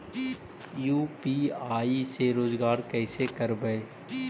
UPI से रोजगार कैसे करबय?